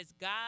God